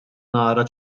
nara